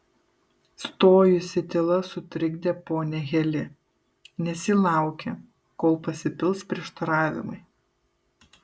stojusi tyla sutrikdė ponią heli nes ji laukė kol pasipils prieštaravimai